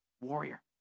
warrior